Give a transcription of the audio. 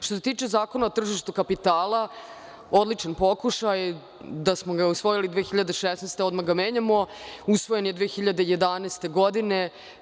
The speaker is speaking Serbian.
Što se tiče Zakona o tržištu kapitala, odličan pokušaj, da smo ga usvojili 2016. a odmah ga menjamo, usvojen je 2011. godine.